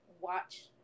watch